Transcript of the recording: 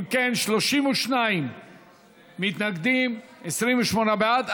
אם כן, 32 מתנגדים, 28 בעד.